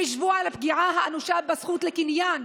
חשבו על הפגיעה האנושה בזכות לקניין,